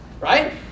right